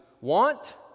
want